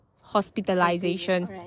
hospitalization